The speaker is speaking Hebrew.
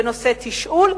בנושא תשאול,